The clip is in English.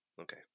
Okay